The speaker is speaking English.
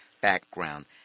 background